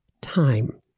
time